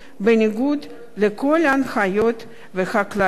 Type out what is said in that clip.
בניגוד לכל ההנחיות והכללים.